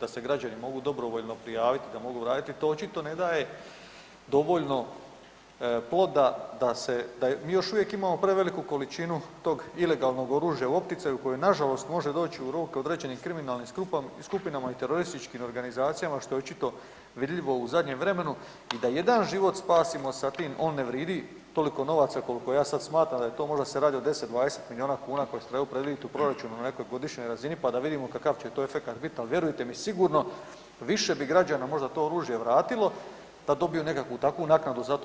da se građani mogu dobrovoljno prijaviti, da mogu vratiti to, očito ne daje dovoljno ploda da se, mi još uvijek imamo preveliku količinu tog ilegalnog oružja u opticaju koje nažalost može doći u ruke određenim kriminalnim skupinama i terorističkim organizacijama što je očito vidljivo u zadnjem vremenu i da jedan život spasimo sa tim, on ne vridi toliko novaca koliko ja sad smatram da je to, možda se radi o 10, 20 milijuna kuna koji se trebaju predvidjeti u proračunu na nekoj godišnjoj razini pa da vidimo kakav će to efekat bit, ali vjerujte mi, sigurno više bi građana možda to oružje vratilo da dobiju nekakvu takvu naknadu za to.